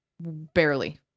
barely